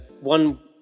one